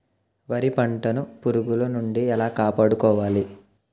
వరి పంటను పురుగుల నుండి ఎలా కాపాడుకోవాలి?